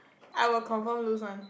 I will confirm lose one